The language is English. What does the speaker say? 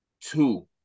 two